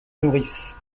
nourrice